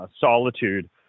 solitude